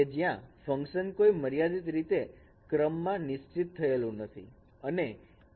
કે જ્યાં ફંકશન કોઈ મર્યાદિત રીતે ક્રમ મા નિશ્ચિત થયેલું નથી